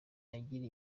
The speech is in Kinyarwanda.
agira